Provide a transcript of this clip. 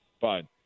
fine